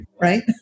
right